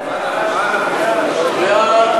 סעיף 1